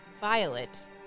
violet